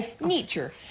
Nature